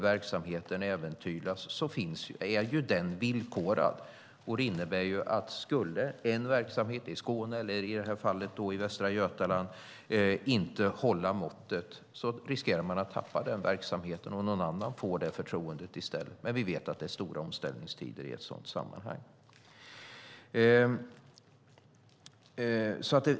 Verksamheten är villkorad, och det innebär att om den skulle äventyras genom att en verksamhet i Skåne eller, i det här fallet, Västra Götaland inte håller måttet riskerar man att tappa den verksamheten och att någon annan får det förtroendet i stället. Men vi vet att det är stora omställningstider i ett sådant sammanhang.